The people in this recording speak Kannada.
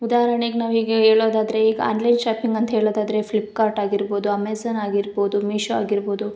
ಉದಾಹರ್ಣೆಗೆ ನಾವು ಈಗ ಹೇಳೋದಾದರೆ ಈಗ ಆನ್ಲೈನ್ ಶಾಪಿಂಗಂತ ಹೇಳೋದಾದರೆ ಫ್ಲಿಪ್ಕಾರ್ಟ್ ಆಗಿರ್ಬೋದು ಅಮೆಝನ್ ಆಗಿರ್ಬೋದು ಮೀಶೊ ಆಗಿರ್ಬೋದು